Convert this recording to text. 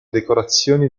decorazioni